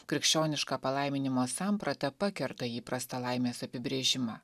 krikščioniška palaiminimo samprata pakerta įprastą laimės apibrėžimą